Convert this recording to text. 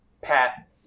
pat